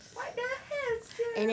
what the hell sia